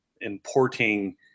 importing